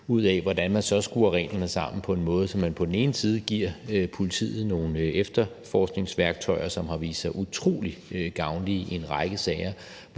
ud af, hvordan man så skruer reglerne sammen på en måde, hvor man på den ene side giver politiet nogle efterforskningsværktøjer, som har vist sig utrolig gavnlige i en række sager,